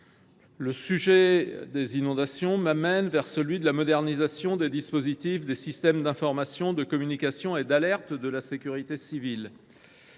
Le sujet des inondations m’amène vers celui de la modernisation des systèmes d’information, de communication et d’alerte de la sécurité civile.